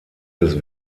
des